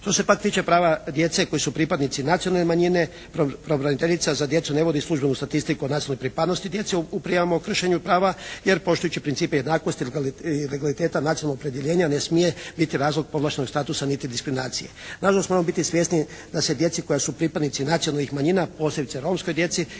Tu se pak tiče prava djece koji su pripadnici nacionalne manjine, pravobraniteljica za djecu ne vodi službenu statistiku o nacionalnoj pripadnosti djece u … o kršenju prava jer poštujući principe jednakosti i … /Ne razumije se./ … legaliteta nacionalnog opredjeljenja ne smije biti razlog povlaštenog statusa niti diskriminacije. Na žalost moramo biti svjesni da se djeci koja su pripadnici nacionalnih manjina posebice romskoj djeci